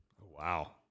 Wow